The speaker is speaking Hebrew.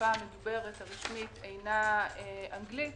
השפה המדוברת הרשמית אינה אנגלית,